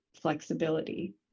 flexibility